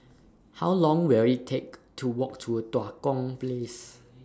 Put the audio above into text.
How Long Will IT Take to Walk to Tua Kong Place